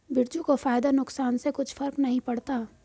बिरजू को फायदा नुकसान से कुछ फर्क नहीं पड़ता